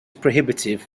prohibitive